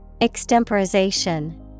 Extemporization